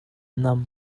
nam